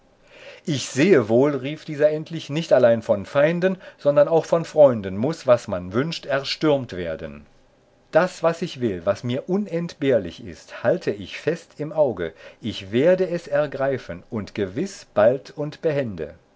ich sehe wohl rief dieser endlich nicht allein von feinden sondern auch von freunden muß was man wünscht erstürmt werden das was ich will was mir unentbehrlich ist halte ich fest im auge ich werde es ergreifen und gewiß bald und behende